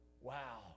wow